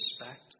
respect